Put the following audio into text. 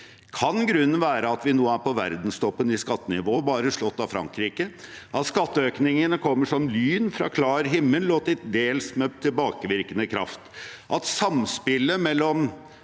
Kan grunnen være at vi nå er på verdenstoppen i skattenivå, bare slått av Frankrike, at skatteøkningene kommer som lyn fra klar himmel og til dels med tilbakevirkende kraft, at